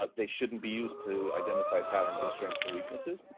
but they shouldn't be used to identify patterns of strengths and weaknesses.